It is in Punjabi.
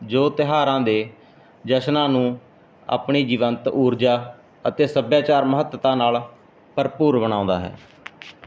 ਜੋ ਤਿਉਹਾਰਾਂ ਦੇ ਜਸ਼ਨਾਂ ਨੂੰ ਆਪਣੇ ਜੀਵੰਤ ਊਰਜਾ ਅਤੇ ਸੱਭਿਆਚਾਰ ਮਹੱਤਤਾ ਨਾਲ ਭਰਪੂਰ ਬਣਾਉਂਦਾ ਹੈ